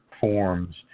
forms